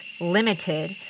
limited